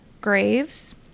graves